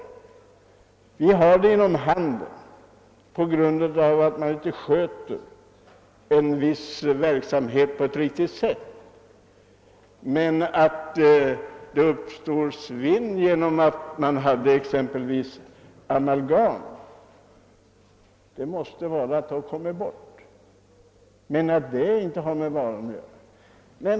Det förekommer svinn inom handeln på grund av att en viss verksamhet inte sköts på ett riktigt sätt, men svinn i samband med amalgam måste betyda att amalgam har kommit bort. Det har ju inte med varan att göra.